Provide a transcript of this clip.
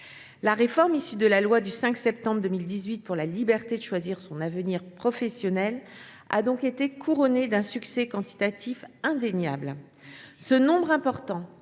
La réforme issue de la loi du 5 septembre 2018 pour la liberté de choisir son avenir professionnel a donc été couronnée d’un succès quantitatif indéniable. Le nombre important